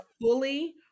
fully